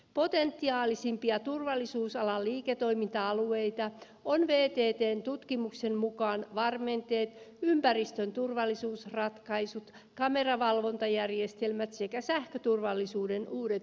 potentiaalisimpia turvallisuusalan liiketoiminta alueita ovat vttn tutkimuksen mukaan varmenteet ympäristön turvallisuusratkaisut kameravalvontajärjestelmät sekä sähköturvallisuuden uudet innovaatiot